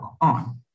on